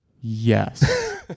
Yes